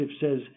says